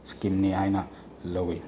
ꯏꯁꯀꯤꯝꯅꯤ ꯍꯥꯏ ꯂꯧꯏ